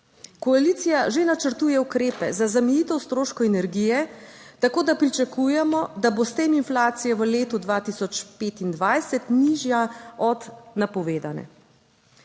Koalicija že načrtuje ukrepe za zamejitev stroškov energije, tako da pričakujemo, da bo s tem inflacija v letu 2025 nižja od napovedane.